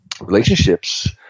relationships